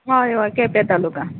हय हय केंपे तालुकांत